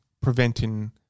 preventing